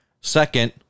second